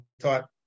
taught